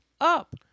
up